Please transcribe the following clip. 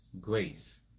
Grace